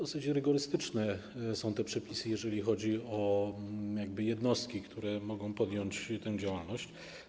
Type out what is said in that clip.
Dosyć rygorystyczne są przepisy, jeżeli chodzi o jednostki, które mogą podjąć tę działalność.